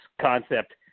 concept